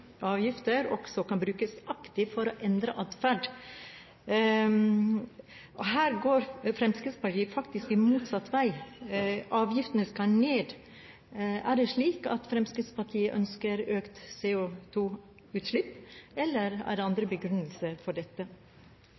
avgifter også kan brukes aktivt for å endre adferd. Her går Fremskrittspartiet faktisk motsatt vei: Avgiftene skal ned. Er det slik at Fremskrittspartiet ønsker økt CO2-utslipp? Eller er det andre begrunnelser for dette?